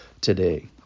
today